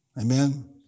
Amen